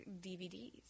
DVDs